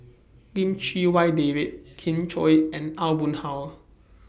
Lim Chee Wai David Kin Chui and Aw Boon Haw